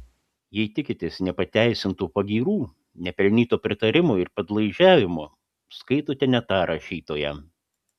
jei tikitės nepateisintų pagyrų nepelnyto pritarimo ir padlaižiavimo skaitote ne tą rašytoją